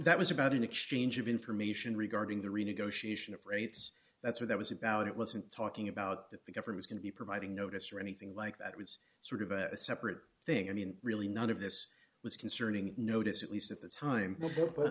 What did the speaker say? that was about an exchange of information regarding the renegotiation of rates that's what that was about it wasn't talking about that the government going to be providing notice or anything like that was sort of a separate thing i mean really none of this was concerning notice at least at the time but